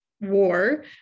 war